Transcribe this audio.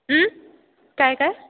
काय काय